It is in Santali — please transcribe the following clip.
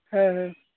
ᱦᱮᱸ ᱦᱮᱸ